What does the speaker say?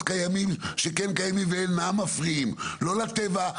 קיימים שכן קיימים ואינם מפריעים לא לטבע,